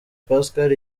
pascal